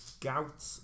gout